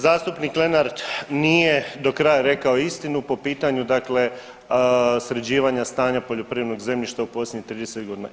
Zastupnik Lenart nije do kraja rekao istinu po pitanju sređivanja stanja poljoprivrednog zemljišta u posljednjih 30 godina.